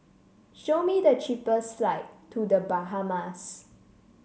show me the cheapest flight to The Bahamas